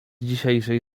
dzisiejszej